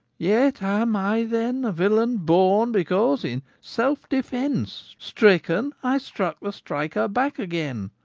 yet am i then a villain born because in self-defense, striken, i struck the striker back again?